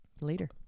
later